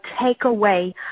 takeaway